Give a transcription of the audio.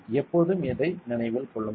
எப்போதும் இதை நினைவில் கொள்ளுங்கள்